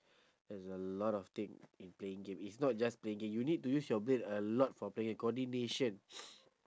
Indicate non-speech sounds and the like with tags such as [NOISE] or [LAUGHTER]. it's a lot of thing in playing game it's not just playing game you need to use your brain a lot for playing coordination [NOISE]